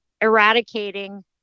eradicating